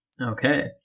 Okay